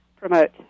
promote